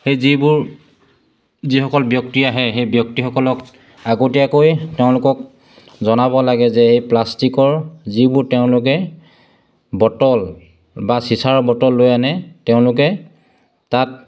সেই যিবোৰ যিসকল ব্যক্তি আহে সেই ব্যক্তিসকলক আগতীয়াকৈ তেওঁলোকক জনাব লাগে যে এই প্লাষ্টিকৰ যিবোৰ তেওঁলোকে বটল বা চিচাৰ বটল লৈ আনে তেওঁলোকে তাত